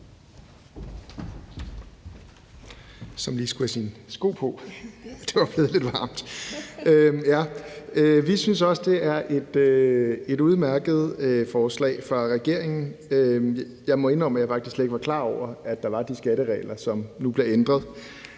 Vi synes også, det er et udmærket forslag fra regeringen. Jeg må indrømme, at jeg faktisk slet ikke var klar over, at der var de skatteregler, som nu bliver ændret,